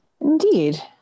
Indeed